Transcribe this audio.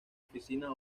oficina